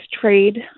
trade